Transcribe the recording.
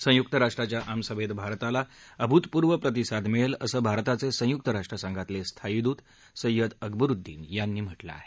संयुक्त राष्ट्रसंघाच्या आमसभेत भारताला अभूतपूर्व प्रतिसाद मिळेल असं भारताचे संयुक्त राष्ट्रसंघातले स्थायी दूत सैय्यद अकबरुद्दीन यांनी म्हटलं आहे